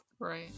Right